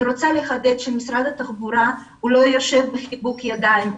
אני רוצה לחדד שמשרד התחבורה לא יושב בחיבוק ידיים,